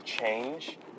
change